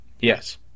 Yes